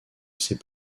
ses